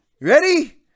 Ready